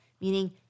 meaning